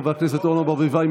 חברי הכנסת אורנה ברביבאי,